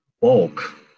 bulk